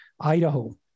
Idaho